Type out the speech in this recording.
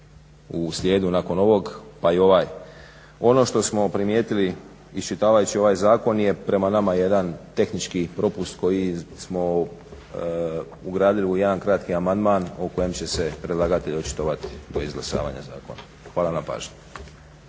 u slijedu nakon ovog pa i ovaj. Ono što smo primijetili iščitavajući ovaj zakon je prema nama jedan tehnički propust koji smo ugradili u jedan kratki amandman o kojem će se predlagatelj očitovati do izglasavanja zakona. Hvala na pažnji.